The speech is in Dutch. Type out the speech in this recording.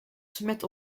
smet